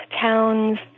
towns